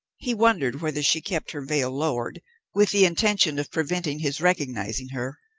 he wondered whether she kept her veil lowered with the intention of preventing his recognizing her,